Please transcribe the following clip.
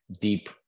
deep